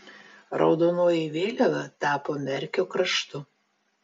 raudonoji vėliava tapo merkio kraštu